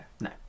No